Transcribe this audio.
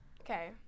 Okay